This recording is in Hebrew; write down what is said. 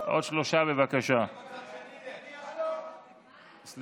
זה 61. הצעת